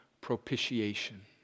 propitiation